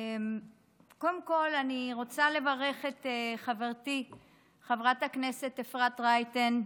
קודם כול אני רוצה לברך את חברתי חברת הכנסת אפרת רייטן,